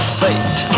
fate